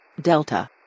Delta